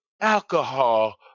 alcohol